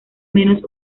menos